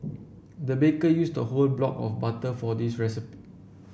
the baker used a whole block of butter for this recipe